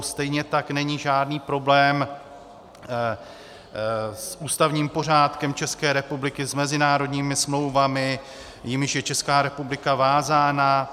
Stejně tak není žádný problém s ústavním pořádkem České republiky, s mezinárodními smlouvami, jimiž je Česká republika vázána.